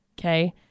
Okay